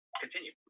Continue